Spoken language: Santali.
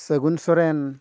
ᱥᱟᱹᱜᱩᱱ ᱥᱚᱨᱮᱱ